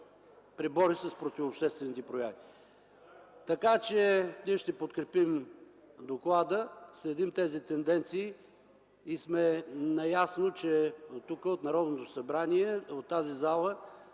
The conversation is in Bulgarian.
пребори с противообществените прояви. Ние ще подкрепим доклада. Следим тези тенденции и сме наясно, че оттук, от Народното събрание, от тази зала